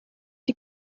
die